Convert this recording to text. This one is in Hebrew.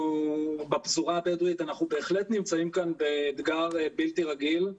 בפזורה הבדואית אנחנו בהחלט נמצאים כאן באתגר בלתי רגיל.